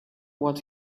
what